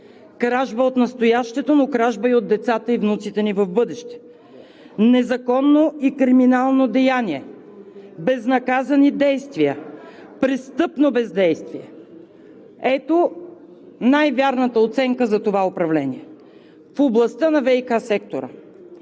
кражба от настоящето, но кражба и от децата, и внуците ни в бъдеще, незаконно и криминално деяние, безнаказани действия, престъпно бездействие. Ето най-вярната оценка за това управление в областта на ВиК сектора.